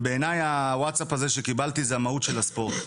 ובעיניי הווטסאפ הזה שקיבלתי זה המהות של הספורט.